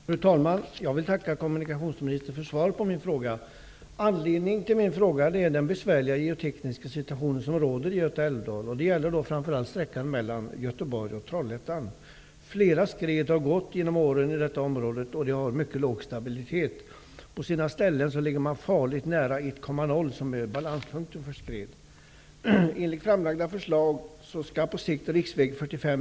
Fru talman! Jag vill tacka kommunikationsministern för svaret på min fråga. Anledningen till min fråga är den besvärliga geotekniska situation som råder i Göta Älvdal. Det gäller framför allt sträckan Göteborg--Trollhättan. Flera skred har genom åren gått i detta område, som har en mycket låg stabilitet. På vissa ställen ligger man farligt nära 1,0 som är balanspunkten för skred.